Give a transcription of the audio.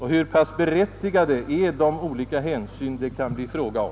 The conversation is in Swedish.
Hur pass berättigade är de olika hänsyn det i så fall kan bli fråga om?